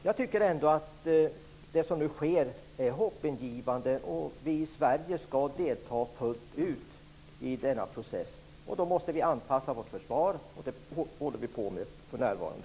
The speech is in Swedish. Jag tycker ändå att det som nu sker är hoppingivande. Vi i Sverige skall delta fullt ut i denna process, och då måste vi anpassa vårt försvar. Det håller vi på med för närvarande.